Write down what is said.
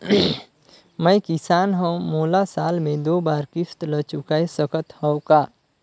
मैं किसान हव मोला साल मे दो बार किस्त ल चुकाय सकत हव का?